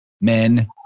men